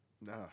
no